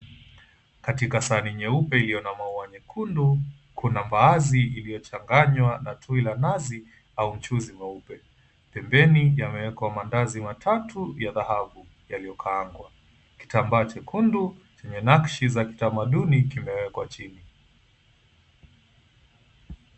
Katika sahani nyeupe iliyo na maua mekundu kuna mbaazi iliyochanganywa na tui la nazi au mchuuzi mweupe. Pembeni yamewekwa maandazi matatu ya dhahabu yaliyokaangwa. Kitambaa chekundu chenye nakshi za kitamaduni kimewekwa chini.